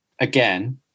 again